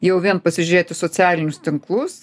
jau vien pasižiūrėt į socialinius tinklus